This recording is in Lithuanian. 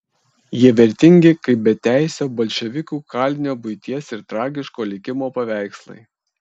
jie vertingi kaip beteisio bolševikų kalinio buities ir tragiško likimo paveikslai